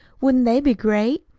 wouldn't they be great?